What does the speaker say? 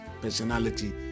personality